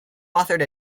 authored